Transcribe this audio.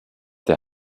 der